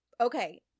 okay